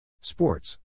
Sports